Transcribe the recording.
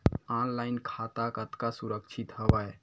Online खाता कतका सुरक्षित हवय?